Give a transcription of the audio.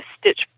stitch